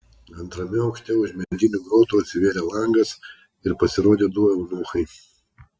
antrame aukšte už medinių grotų atsivėrė langas ir pasirodė du eunuchai